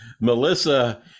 Melissa